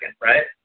right